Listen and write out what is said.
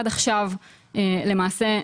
עד עכשיו, למעשה,